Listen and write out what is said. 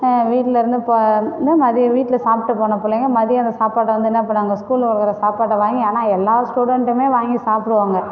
ஆனால் வீட்டுலேருந்து போ இன்னும் நிறைய வீட்டில் சாப்பிட்டு போனல் பிள்ளைங்க மதியான சாப்பாட்டை வந்து என்னா பண்ணுவாங்க ஸ்கூலில் கொடுக்குற சாப்பாட்டை வாங்கி ஆனால் எல்லா ஸ்டுடெண்டுமே வாங்கி சாப்பிடுவாங்க